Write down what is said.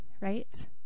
right